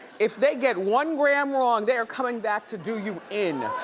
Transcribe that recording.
if they get one gram wrong, they are coming back to do you in.